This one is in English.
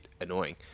annoying